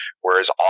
whereas